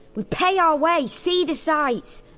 we pay our way. see the sights.